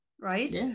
right